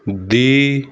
ਦੀ